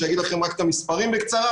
שיגיד לכם את המספרים בקצרה,